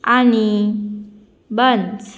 आनी बन्स